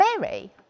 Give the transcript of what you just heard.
Mary